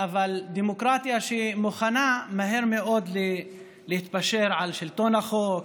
אבל מוכנה מהר מאוד להתפשר על שלטון החוק,